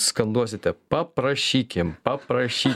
skanduosite paprašykim paprašy